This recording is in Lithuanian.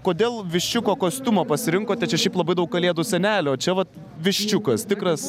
kodėl viščiuko kostiumą pasirinkote čia šiaip labai daug kalėdų senelių o čia vat viščiukas tikras